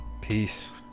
peace